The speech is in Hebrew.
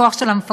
הכוח של המפקחים,